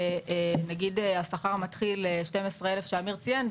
נגיד על שכר התחלתי של 12,000 שאמיר ציין,